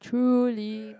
truly